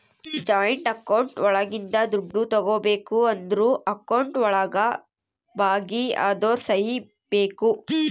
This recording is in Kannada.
ಜಾಯಿಂಟ್ ಅಕೌಂಟ್ ಒಳಗಿಂದ ದುಡ್ಡು ತಗೋಬೇಕು ಅಂದ್ರು ಅಕೌಂಟ್ ಒಳಗ ಭಾಗಿ ಅದೋರ್ ಸಹಿ ಬೇಕು